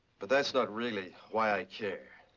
but that's not really why i care.